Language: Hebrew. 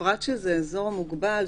בפרט שזה אזור מוגבל,